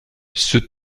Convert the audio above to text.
ses